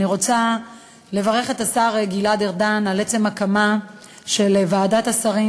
אני רוצה לברך את השר גלעד ארדן על עצם ההקמה של ועדת השרים,